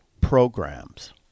programs